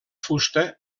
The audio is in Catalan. fusta